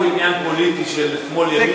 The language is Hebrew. אין פה עניין פוליטי של שמאל-ימין,